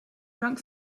drank